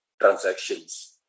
transactions